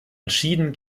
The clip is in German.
entschieden